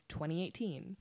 2018